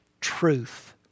truth